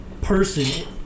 person